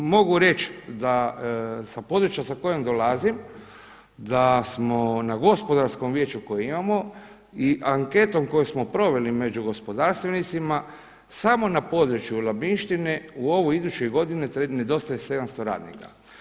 Mogu reći da sa područja sa kojeg dolazim da smo na Gospodarskom vijeću koje imamo i anketom koju smo proveli među gospodarstvenicima samo na području Labinštine u ovoj i idućoj godini nedostaje 700 radnika.